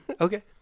okay